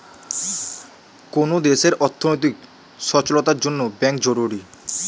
কোন দেশের অর্থনৈতিক সচলতার জন্যে ব্যাঙ্ক জরুরি